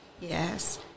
Yes